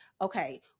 okay